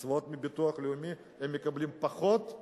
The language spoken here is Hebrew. קצבאות מביטוח לאומי הם מקבלים פחות,